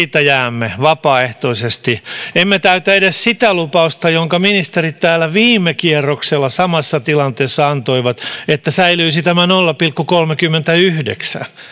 siitä jäämme vapaaehtoisesti emme täytä edes sitä lupausta jonka ministerit täällä viime kierroksella samassa tilanteessa antoivat että säilyisi tämä nolla pilkku kolmekymmentäyhdeksän